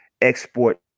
export